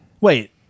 wait